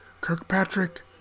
Kirkpatrick